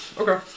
Okay